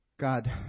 God